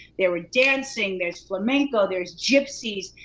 there were dancing, there's flamenco, there's gypsies.